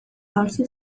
also